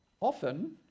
Often